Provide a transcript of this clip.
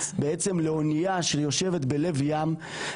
בעצם לאונייה שיושבת בלב ים.